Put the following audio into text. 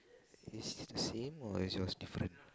is it the same or is yours different